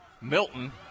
Milton